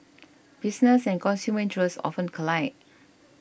business and consumer interests often collide